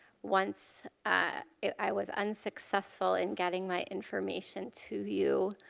once i was unsuccessful in getting my information to you